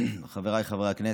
חבריי חברי הכנסת,